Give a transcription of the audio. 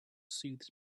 soothes